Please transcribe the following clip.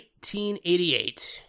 1988